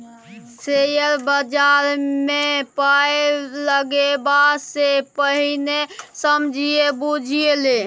share बजारमे पाय लगेबा सँ पहिने समझि बुझि ले